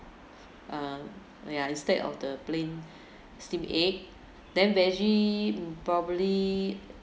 uh ya instead of the plain steam egg then veggie probably